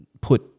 put